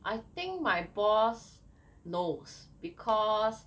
I think my boss knows because